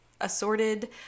assorted